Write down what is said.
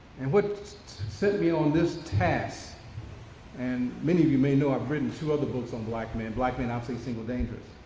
and what set me on this task and many of you may know i've written two other books on black men. and black men obsolete, single, dangerous,